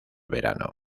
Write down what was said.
verano